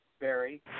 Barry